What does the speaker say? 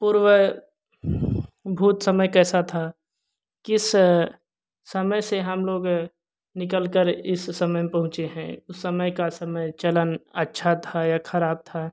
पूर्व भूत समय कैसा था किस समय से हम लोग निकलकर इस समय में पहुँचे हैं उस समय का समय चलन अच्छा था या ख़राब था